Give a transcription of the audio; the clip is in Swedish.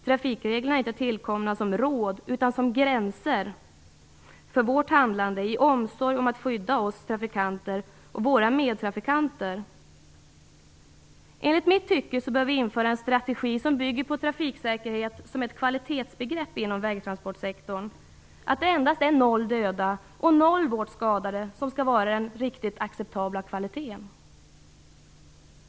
Trafikreglerna är inte tillkomna som råd utan som gränser för vårt handlande i omsorg om att skydda oss trafikanter och medtrafikanter. Enligt mitt tycke bör vi införa en strategi som bygger på trafiksäkerhet som ett kvalitetsbegrepp inom vägtransportsektorn, att det endast är noll döda och noll svårt skadade som skall vara den acceptabla kvaliteten.